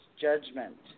judgment